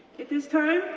at this time,